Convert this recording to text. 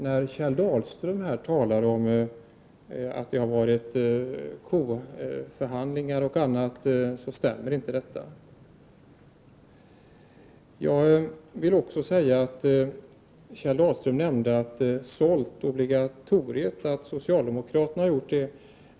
När Kjell Dahlström talar om att det har varit kohandel och förhandlingar stämmer inte detta. Kjell Dahlström nämnde att socialdemokraterna skulle ha sålt nämndobligatoriet.